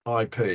IP